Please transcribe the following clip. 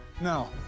No